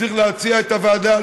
צריך להציע את הוועדה,